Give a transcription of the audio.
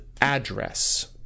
address